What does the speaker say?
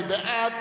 מי בעד?